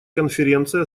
конференция